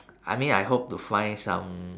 I mean I hope to find some